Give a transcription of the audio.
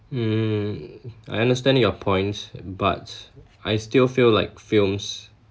mm I understand your points but I still feel like films